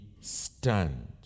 stand